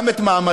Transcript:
גם את מעמדנו.